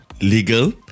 legal